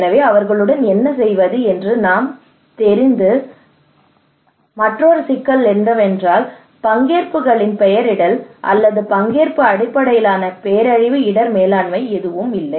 எனவே அவர்களுடன் என்ன செய்வது என்று நாம் தெரிந்து கொள்ள வேண்டும் மற்றொரு சிக்கல் என்னவென்றால் பங்கேற்புகளின் பெயரிடல் அல்லது பங்கேற்பு அடிப்படையிலான பேரழிவு இடர் மேலாண்மை எதுவும் இல்லை